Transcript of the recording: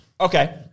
Okay